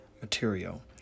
material